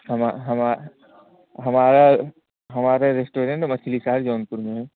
हमारा रेस्टोरेंट बसलीसार जौनपुर में है